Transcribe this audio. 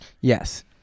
Yes